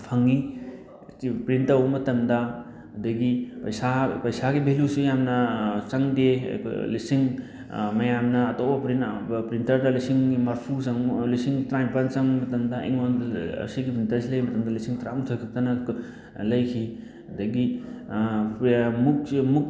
ꯐꯪꯉꯤ ꯄ꯭ꯔꯤꯟ ꯇꯧꯕ ꯃꯇꯝꯗ ꯑꯗꯒꯤ ꯄꯩꯁꯥ ꯄꯩꯁꯥꯒꯤ ꯚꯦꯂꯨꯁꯦ ꯌꯥꯝꯅ ꯆꯪꯗꯦ ꯂꯤꯁꯤꯡ ꯃꯌꯥꯝꯅ ꯑꯇꯣꯞꯄ ꯄ꯭ꯔꯤꯟꯇꯔꯗ ꯂꯤꯁꯤꯡ ꯃꯔꯐꯨ ꯆꯪ ꯂꯤꯁꯤꯡ ꯇꯔꯥꯅꯤꯄꯥꯟ ꯆꯪꯕ ꯃꯇꯝꯗ ꯑꯩꯉꯣꯟꯗ ꯁꯤꯒꯤ ꯄ꯭ꯔꯤꯟꯇꯔꯁꯤ ꯂꯩꯕ ꯃꯇꯝꯗ ꯂꯤꯁꯤꯡ ꯇꯔꯥꯃꯥꯊꯣꯏ ꯈꯛꯇꯅ ꯂꯩꯈꯤ ꯑꯗꯒꯤ ꯃꯨꯛꯁꯦ ꯃꯨꯛ